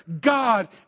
God